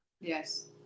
Yes